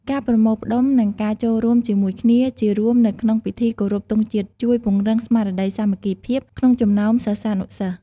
ការប្រមូលផ្ដុំ និងការចូលរួមជាមួយគ្នាជាក្រុមនៅក្នុងពិធីគោរពទង់ជាតិជួយ ពង្រឹងស្មារតីសាមគ្គីភាព ក្នុងចំណោមសិស្សានុសិស្ស។